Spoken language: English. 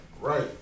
right